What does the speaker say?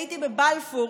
הייתי בבלפור,